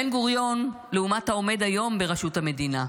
בן-גוריון, לעומת העומד היום בראשות המדינה.